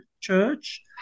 church